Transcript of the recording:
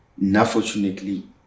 Unfortunately